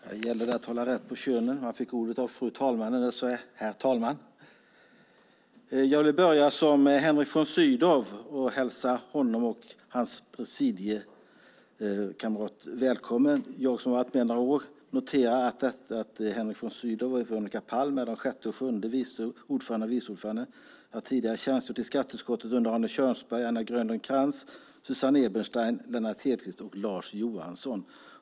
Herr talman! Här gäller det att hålla rätt på de båda könen. Jag fick ordet av fru talman, men nu får jag vända mig till herr talman. Jag vill börja som Henrik von Sydow och hälsa honom och hans presidiekamrat välkomna. Jag som har varit med några år noterar att Henrik von Sydow och Veronica Palm är de sjätte och sjunde ordförandena och vice ordförandena. Jag har tidigare tjänstgjort i skatteutskottet under Arne Kjörnsberg, Anna Grönlund Krantz, Susanne Eberstein, Lennart Hedquist och Lars Johansson.